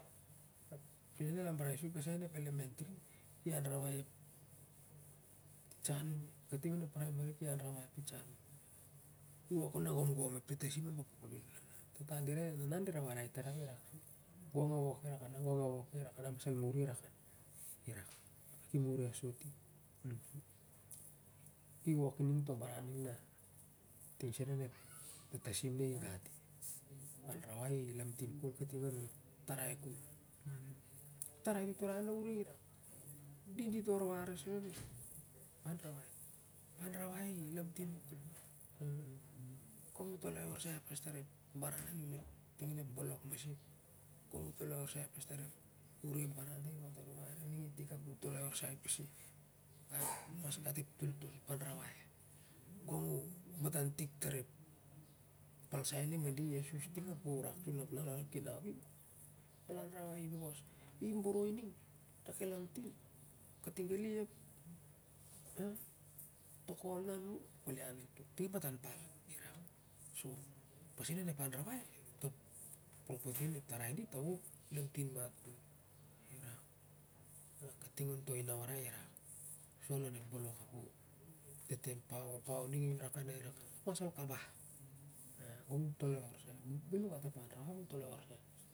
Sot i ki wok i to baran ting sen onep tatasim ni gat i ep anrawai i lamtin kol kating arin ep tarai kol. Tarai tuturai na uning i rak dit warwar sen onep anrawai, anrawai i lamtin mat kol gong uh toloi arsai pas ning ep baran ting onep bolok masik gong uh re ning ep baran ting an pata ru mai arin ning ep baran masik ap wa toloi arsai pasi ol mas gat ep foltol anrawai gong uh maran ning i asus ap ol rak ol kinau i becos ip boroi ning na kel lamting katigali ap tok wol nan mur ap kol ian i ting ah matan pal pasin onep anrawai kating arin ep tarai ao i lamtin mat kol.